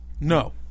No